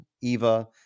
Eva